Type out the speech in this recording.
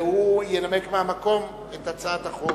והוא ינמק מהמקום את הצעת החוק.